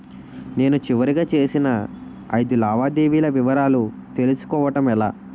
నేను చివరిగా చేసిన ఐదు లావాదేవీల వివరాలు తెలుసుకోవటం ఎలా?